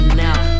now